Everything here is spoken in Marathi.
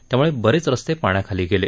त्यामुळे बरेच रस्ते पाण्याखाली गेले